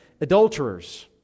Adulterers